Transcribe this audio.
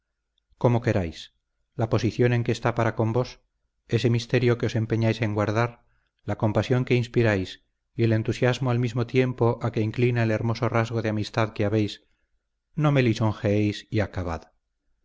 como queráis la posición en que está para con vos ese misterio que os empeñáis en guardar la compasión que inspiráis y el entusiasmo al mismo tiempo a que inclina el hermoso rasgo de amistad que habéis no me lisonjeéis y acabad